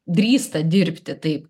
drįsta dirbti taip